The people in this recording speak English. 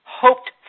hoped